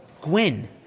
Gwen